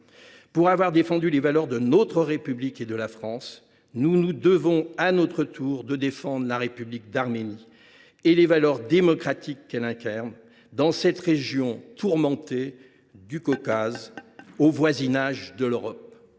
pour avoir défendu les valeurs de notre pays et de notre république, nous nous devons à notre tour de défendre la République d’Arménie et les valeurs démocratiques qu’elle incarne dans cette région tourmentée du Caucase, voisine de l’Europe.